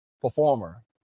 performer